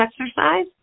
exercise